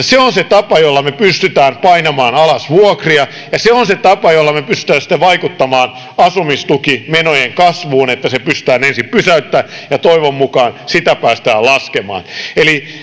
se on se tapa jolla me pystymme painamaan alas vuokria ja se on se tapa jolla me pystymme sitten vaikuttamaan asumistukimenojen kasvuun että ne pystytään ensin pysäyttämään ja toivon mukaan niitä päästään laskemaan eli